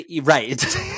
right